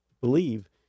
believe